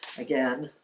again